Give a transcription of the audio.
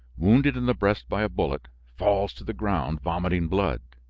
wounded in the breast by a bullet, falls to the ground vomiting blood.